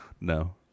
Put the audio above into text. No